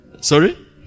Sorry